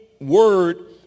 word